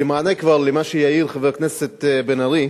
כמענה כבר על מה שיעיר חבר הכנסת בן-ארי,